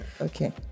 okay